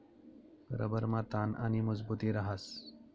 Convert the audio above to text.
रबरमा ताण आणि मजबुती रहास